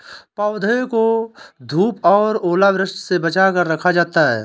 पौधों को धूप और ओलावृष्टि से बचा कर रखा जाता है